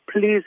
please